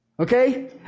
Okay